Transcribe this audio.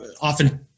Often